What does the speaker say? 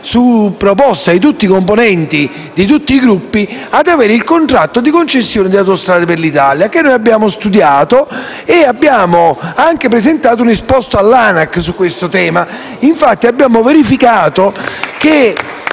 su proposta di tutti i componenti, di tutti i Gruppi, ad avere il contratto di concessione di Autostrade per l'Italia, che noi abbiamo studiato; e abbiamo anche presentato un esposto all'ANAC su questo tema. *(Applausi dal Gruppo M5S)*.